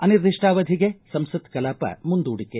ಅನಿರ್ಧಿಷ್ಟಾವಧಿಗೆ ಸಂಸತ್ ಕಲಾಪ ಮುಂದೂಡಿಕೆ